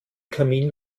kamin